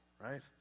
right